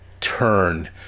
turn